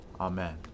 Amen